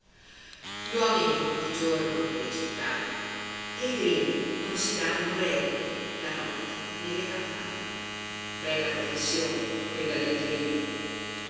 gli uomini di giorno nelle città e i grilli non si danno requie la notte nelle campagne bella professione quella del grillo